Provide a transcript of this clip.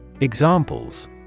Examples